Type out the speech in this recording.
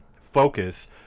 focus